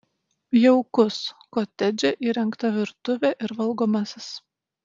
jaukus kotedže įrengta virtuvė ir valgomasis